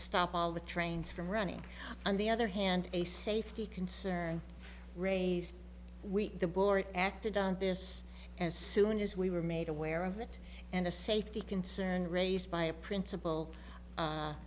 stop all the trains from running on the other hand a safety concern raised week the board acted on this as soon as we were made aware of it and a safety concern raised by a principal